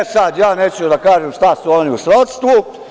E sada, neću da kažem šta su oni u srodstvu.